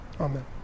Amen